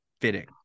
fitting